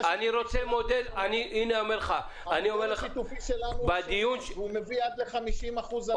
הוא מביא עד ל-50%-